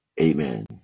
Amen